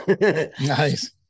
Nice